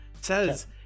says